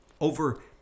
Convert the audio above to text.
over